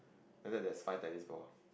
and there's five tennis ball